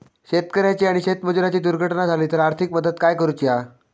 शेतकऱ्याची आणि शेतमजुराची दुर्घटना झाली तर आर्थिक मदत काय करूची हा?